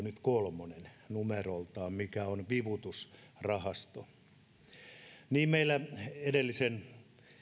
nyt kolmonen numeroltaan mikä on vivutusrahasto edellisen